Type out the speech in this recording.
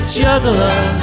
juggler